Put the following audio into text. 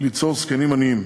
ליצור זקנים עניים.